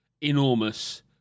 enormous